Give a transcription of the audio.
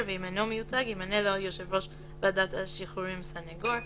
ואם אינו מיוצג ימנה לו יושב ראש ועדת השחרורים סניגור,"